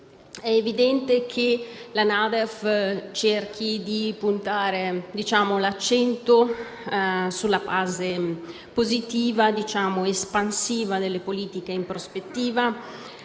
È evidente che la NADEF cerca di puntare l'accento sulla fase positiva, espansiva delle politiche in prospettiva;